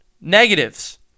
Negatives